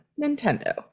Nintendo